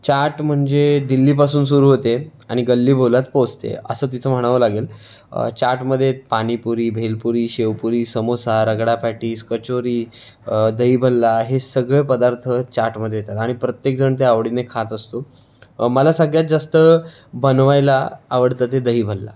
चाट म्हणजे दिल्लीपासून सुरू होते आणि गल्ली बोळात पोहोचते असं तिचं म्हणावं लागेल चाटमध्ये पाणीपुरी भेळपुरी शेवपुरी समोसा रगडा पॅटिस कचोरी दही भल्ला हे सगळे पदार्थ चाटमध्ये येतात आणि प्रत्येक जण ते आवडीने खात असतो मला सगळ्यात जास्त बनवायला आवडतं ते दही भल्ला